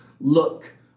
Look